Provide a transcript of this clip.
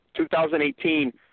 2018